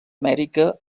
amèrica